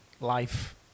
life